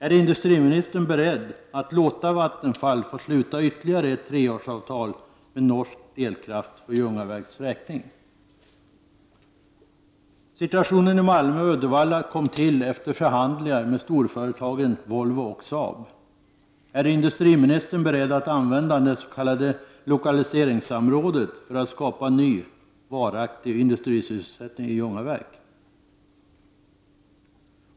Är industriministern beredd att låta Vattenfall få sluta ytterligare ett treårsavtal om norsk elkraft för Ljungaverks räkning? Åtgärderna i Malmö och Uddevalla kom till stånd efter förhandlingar med storföretagen Volvo och Saab. Är industriministern beredd att använda det s.k. lokaliseringssamrådet för att skapa en ny varaktig industrisysselsättning i Ljungaverk?